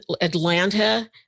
Atlanta